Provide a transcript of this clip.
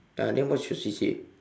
ah then what's your C_C_A